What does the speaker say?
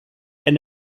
and